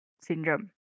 syndrome